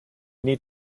need